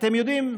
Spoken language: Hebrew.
אתם יודעים,